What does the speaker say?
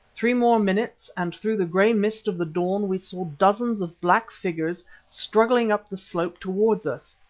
three more minutes, and through the grey mist of the dawn we saw dozens of black figures struggling up the slope towards us.